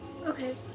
Okay